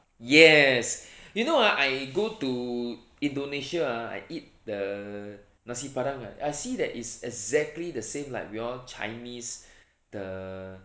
yes you know ah I go to indonesia ah I eat the nasi-padang right I see that it is exactly the same like we all chinese the